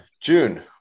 June